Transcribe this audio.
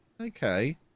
okay